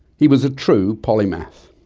he was a true polymath.